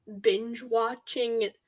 binge-watching